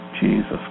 Jesus